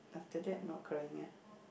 after that not crying ah